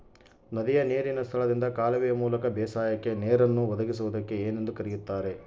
ನದಿಯ ನೇರಿನ ಸ್ಥಳದಿಂದ ಕಾಲುವೆಯ ಮೂಲಕ ಬೇಸಾಯಕ್ಕೆ ನೇರನ್ನು ಒದಗಿಸುವುದಕ್ಕೆ ಏನೆಂದು ಕರೆಯುತ್ತಾರೆ?